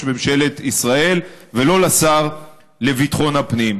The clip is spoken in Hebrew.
ממשלת ישראל ולא לשר לביטחון הפנים.